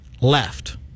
left